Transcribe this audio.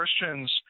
Christians